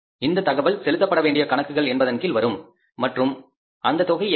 இந்த தகவல் செலுத்தப்பட வேண்டிய கணக்குகள் என்பதன் கீழ் வரும் மற்றும் அந்தத் தொகை எவ்வளவு